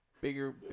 Bigger